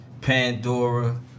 Pandora